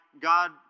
God